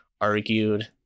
argued